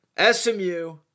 SMU